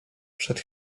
przed